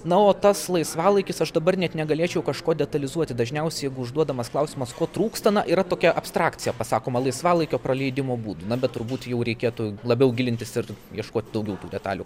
na o tas laisvalaikis aš dabar net negalėčiau kažko detalizuoti dažniausiai jeigu užduodamas klausimas ko trūksta na yra tokia abstrakcija pasakoma laisvalaikio praleidimo būdų na bet turbūt jau reikėtų labiau gilintis ir ieškoti daugiau tų detalių